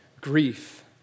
grief